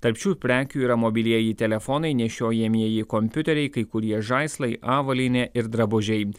tarp šių prekių yra mobilieji telefonai nešiojamieji kompiuteriai kai kurie žaislai avalynė ir drabužiai